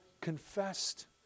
confessed